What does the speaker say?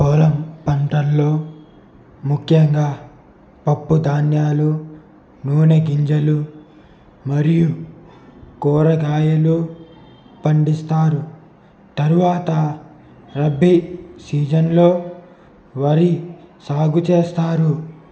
పోలం పంటల్లో ముఖ్యంగా పప్పుధాన్యాలు నూనెగింజలు మరియు కూరగాయలు పండిస్తారు తరువాత రబ్బీ సీజన్లో వరి సాగు చేస్తారు